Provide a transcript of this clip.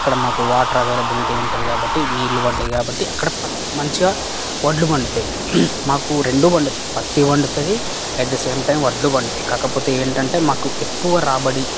అక్కడ మాకు water availability ఉంటుంది కాబట్టి నీళ్ళు పడ్డాయి కాబట్టి అక్కడ మంచి వడ్లు పండుతాయి మాకు రెండు పండుతాయి పత్తి పండుతుంది అట్ ది సేమ్ టైం వడ్లు పండుతాయి కాకపోతే ఏంటంటే మాకు ఎక్కువ రాబడి